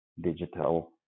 digital